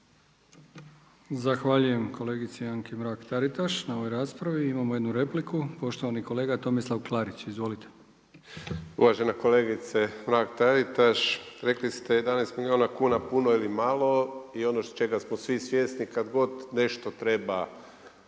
Zahvaljujem kolegici Anki Mrak-Taritaš na ovoj raspravi. Imamo jednu repliku poštovani kolega Tomislav Klarić. Izvolite. **Klarić, Tomislav (HDZ)** Uvažena kolegice Mrak-TAritaš. Rekli ste 11 milijuna kuna puno ili malo i ono čega smo svi svjesni kada god nešto treba nametnu